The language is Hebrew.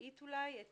השביעית אולי את